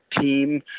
team